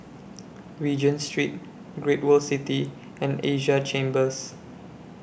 Regent Street Great World City and Asia Chambers